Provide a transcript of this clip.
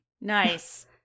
Nice